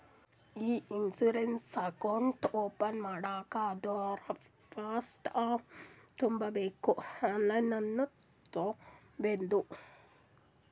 E insurance account open ಮಾಡ್ಬೇಕ ಅಂದುರ್ first form ತುಂಬಬೇಕ್ ಆನ್ಲೈನನ್ನು ತುಂಬೋದು